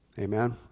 Amen